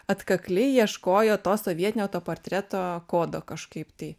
atkakliai ieškojo to sovietinio autoportreto kodo kažkaip tai